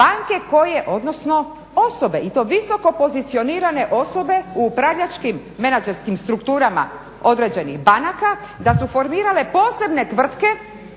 banke koje odnosno osobe i to visokopozicionirane osobe u upravljačkim menadžerskim strukturama određenih banaka da su formirale posebne tvrtke